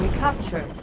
capture